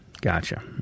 Gotcha